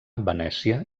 venècia